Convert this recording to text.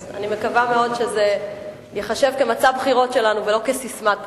אז אני מקווה מאוד שזה ייחשב למצע בחירות שלנו ולא לססמת בחירות.